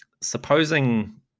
Supposing